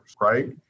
right